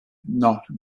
not